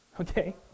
okay